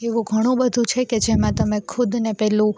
એવું ઘણું બધું છે કે જેમાં તમે ખુદને પેલું